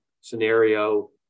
scenario